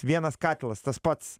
vienas katilas tas pats